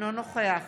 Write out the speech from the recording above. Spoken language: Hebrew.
אינו נוכח